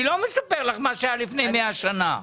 אני לא מספר לך מה היה לפני מאה שנים.